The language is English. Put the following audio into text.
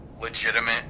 legitimate